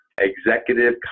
executive